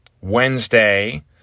Wednesday